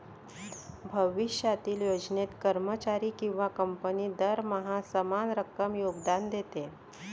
भविष्यातील योजनेत, कर्मचारी किंवा कंपनी दरमहा समान रक्कम योगदान देते